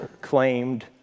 claimed